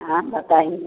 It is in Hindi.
हाँ बताइए